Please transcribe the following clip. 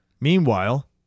meanwhile